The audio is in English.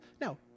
No